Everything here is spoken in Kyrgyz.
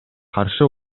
каршы